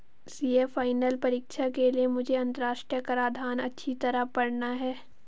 CA final परीक्षा के लिए मुझे अंतरराष्ट्रीय कराधान अच्छी तरह पड़ना है